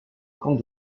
camp